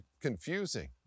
confusing